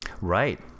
Right